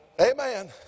Amen